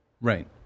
Right